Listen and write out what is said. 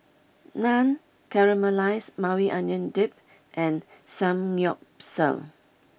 Naan Caramelized Maui Onion Dip and Samgyeopsal